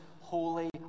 holy